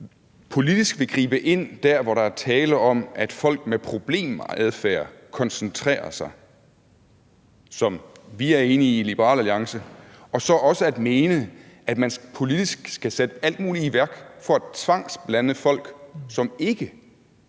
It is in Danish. politisk vil gribe ind der, hvor der er tale om, at folk med problemadfærd koncentrerer sig – som vi er enige i i Liberal Alliance – og så også at mene, at man politisk skal sætte alt muligt i værk for at tvangsblande folk, som ikke